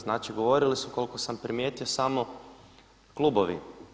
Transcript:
Znači govorili su koliko sam primijetio samo klubovi.